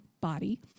body